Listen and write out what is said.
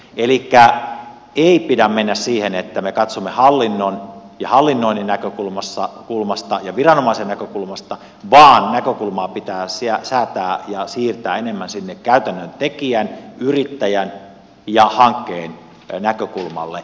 elikkä ei pidä mennä siihen että me katsomme hallinnon ja hallinnoinnin näkökulmasta ja viranomaisen näkökulmasta vaan näkökulmaa pitää säätää ja siirtää enemmän sinne käytännön tekijän yrittäjän ja hankkeen näkökulmalle